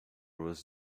was